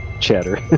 chatter